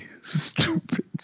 stupid